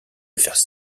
affaires